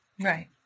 Right